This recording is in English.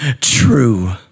true